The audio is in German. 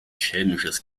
schelmisches